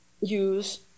use